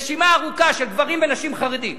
רשימה ארוכה של גברים ונשים חרדים.